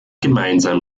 gemeinsam